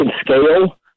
scale